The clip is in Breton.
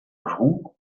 vro